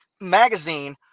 magazine